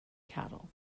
cattle